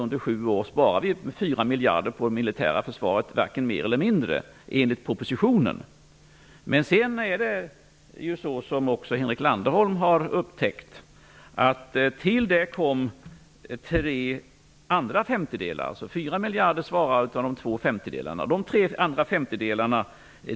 Under sju år sparas det 4 miljarder på det militära försvaret, varken mer eller mindre enligt propositionen. Till detta - de två femtedelarna motsvarar de 4 miljarderna - kom dock, som också Henrik Landerholm har upptäckt, tre andra femtedelar.